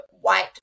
white